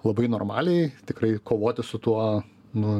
labai normaliai tikrai kovoti su tuo nu